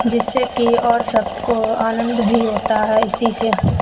جس سے کہ اور سب کو آنند بھی ہوتا ہے اسی سے